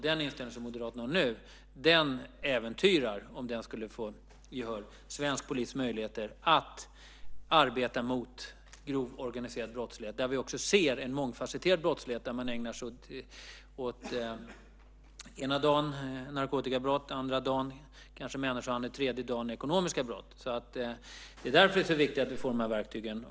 Den inställning som Moderaterna har nu äventyrar - om den skulle få gehör - svensk polis möjligheter att arbeta mot grov organiserad brottslighet. Vi ser en mångfasetterad brottslighet där man ägnar sig ena dagen åt narkotikabrott, andra dagen åt människohandel och tredje dagen åt ekonomiska brott. Det är därför så viktigt att vi får de verktygen.